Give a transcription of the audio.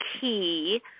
key